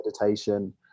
meditation